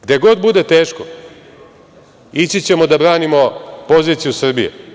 Gde god bude teško, ići ćemo da branimo poziciju Srbije.